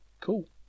cool